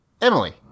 Emily